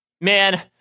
man